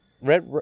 Red